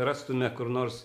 rastume kur nors